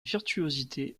virtuosité